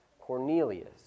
Cornelius